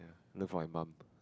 love for my mum